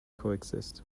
coexist